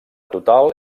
total